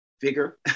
figure